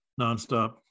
nonstop